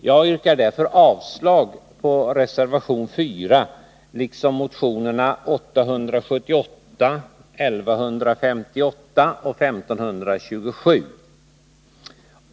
Jag yrkar avslag på reservation 4 liksom på motionerna 878, 1158 och 1527.